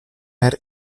per